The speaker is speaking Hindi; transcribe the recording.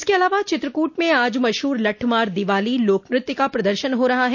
इसके अलावा चित्रकूट में आज मशहूर लट्ठमार दीवाली लोकनृत्य का प्रदर्शन हो रहा है